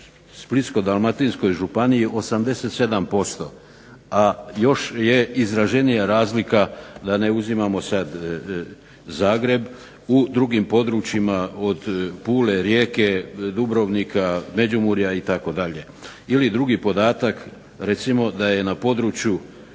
Splitsko-dalmatinskoj županiji 87%. A još je izraženija razlika da ne uzimamo sad Zagreb u drugim područjima od Pule, Rijeke, Dubrovnika, Međimurja itd. Ili drugi podatak, recimo da je na području,